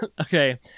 okay